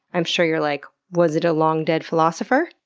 i'm sure you're like, was it a long-dead philosopher?